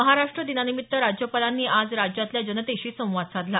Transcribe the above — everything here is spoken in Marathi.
महाराष्ट्र दिनानिमित्त राज्यपालांनी आज राज्यातल्या जनतेशी संवाद साधला